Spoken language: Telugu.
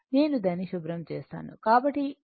నేను దానిని శుభ్రం చేస్తాను